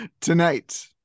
tonight